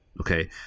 Okay